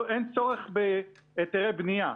אין צורך בהיתרי בנייה.